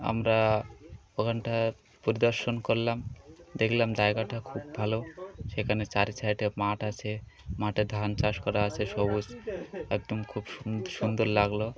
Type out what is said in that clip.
আমরা ওখানটা পরিদর্শন করলাম দেখলাম জায়গাটা খুব ভালো সেখানে চার সাইডে মাঠ আছে মাঠে ধান চাষ করা আছে সবুজ একদম খুব সুন্দর লাগল